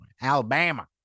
Alabama